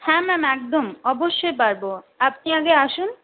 হ্যাঁ ম্যাম একদম অবশ্যই পারবো আপনি আগে আসুন